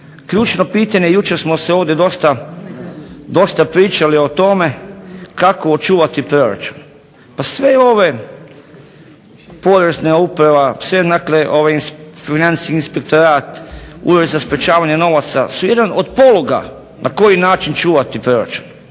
ključno pitanje jučer smo se ovdje dosta pričali o tome kako očuvati proračun. Pa sve ove, Porezna uprava se dakle ovim Financijskim inspektoratom, Ured za sprečavanja novaca su jedan od poluga na koji način čuvati proračun